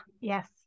yes